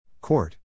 Court